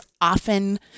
often